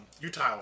utile